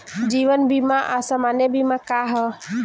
जीवन बीमा आ सामान्य बीमा का ह?